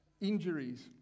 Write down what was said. injuries